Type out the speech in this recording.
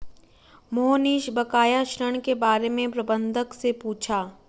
मोहनीश बकाया ऋण के बारे में प्रबंधक से पूछा